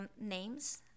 names